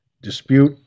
dispute